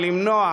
ולמנוע,